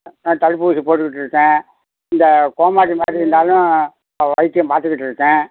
ஆ தடுப்பூசி போட்டுக்கிட்டிருக்கேன் இந்த கோமாரி மாதிரி இருந்தாலும் வைத்தியம் பார்த்துக்கிட்ருக்கேன்